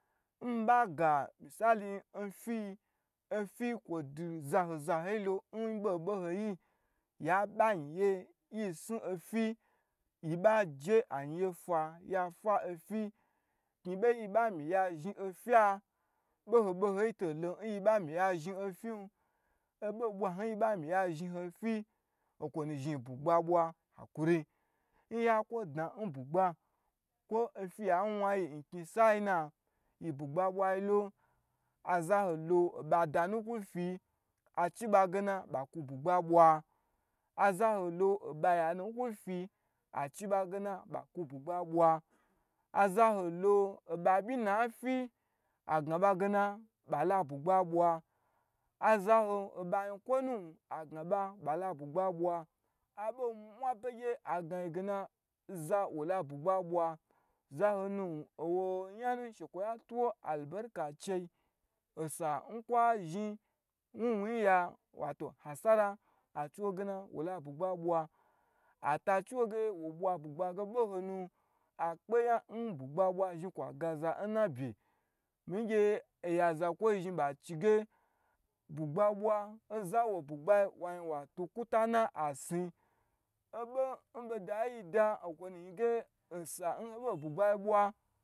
Nmii ɓa ga misali n fyi-i, ofyi kwo dwu zaho zaho yi lon n ɓoho ɓoho yi, ya ɓe anyi ye yi snu ofyi, yi ɓa je anyi ye fwa ya fwa ofyi, knyi ɓei nyi ɓa myi ya zhai ofya, ɓoho oɓoho yito lo nyi ɓam yi yazhni ofyin, oɓo n ɓwa hnu n yi ɓa myi yazhni ofyi, o kwo nu zlini bwu gba ɓwa, a kwuri, n ya kwo dna dnan bwugba, kwo ofya wna yin knyi sai na, yin bwugba ɓwai lo, azaho lo oɓa da nu kwo fyi, a chi ɓage na, ɓa kwu bwugba ɓwa, a za ho lo oɓa ya nu kwu fyi, a chi ɓa gena, ɓa kwu bwugba ɓwa, a lo oɓa ɓyi nu na fyi, a gna ɓa ge na, ɓa la bwu gba ɓwa, azaho oɓa nyi kwo nu, a gna ɓa, ɓa la bwugba ɓwa, a ɓo n mwa begye, ai gna yi gena, za wo la bwugba ɓwa, zahonu, owo nyan n she kwa twu wo albarka n chei n sa n kwa zhnin wnu wnu yiya, wato hasara, ha chi wogena wola bwugba ɓwa, ata chiwoge wo ɓwa bwugba ge ɓohonu, akpe nya n bwugba ɓwa zhni kwa gaza h habye, ngye oya zakwoi zhni ɓachige, ɓwugba ɓwa, ozan won bwugbai woi wa, woi wa twu kwuta na a sni, o ɓon boda yi da, o kwonu nyi ge, osan ho ɓo n bwugbai ɓwa.